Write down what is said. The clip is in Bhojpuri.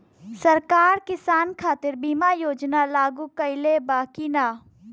सरकार किसान खातिर बीमा योजना लागू कईले बा की ना?